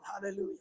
hallelujah